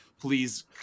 please